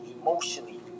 emotionally